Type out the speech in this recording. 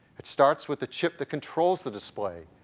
it starts with the chip that controls the display.